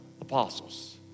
apostles